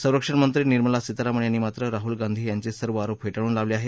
संरक्षण मंत्री निर्मला सीतारामन यांनी मात्र राहुल गांधी यांचे सर्व आरोप फेटाळून लावले आहेत